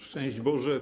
Szczęść Boże!